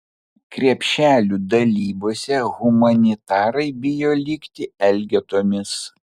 krepšelių dalybose humanitarai bijo likti elgetomis